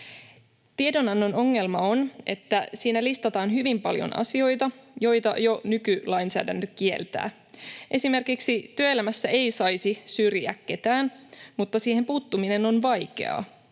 Tiedonannon ongelma on, että siinä listataan hyvin paljon asioita, joita jo nykylainsäädäntö kieltää. Esimerkiksi työelämässä ei saisi syrjiä ketään, mutta siihen puuttuminen on vaikeaa.